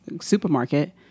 supermarket